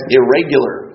irregular